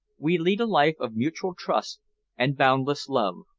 we lead a life of mutual trust and boundless love.